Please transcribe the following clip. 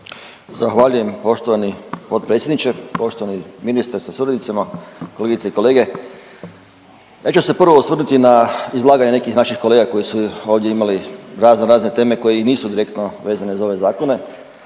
Zahvaljujem poštovani potpredsjedniče, poštovani ministre sa suradnicima, kolegice i kolege. Ja ću se prvo osvrnuti na izlaganje nekih naših kolega koji su ovdje imali raznorazne teme koje i nisu direktno vezane za ove zakone